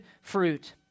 fruit